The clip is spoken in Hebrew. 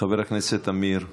חבר הכנסת עמיר פרץ,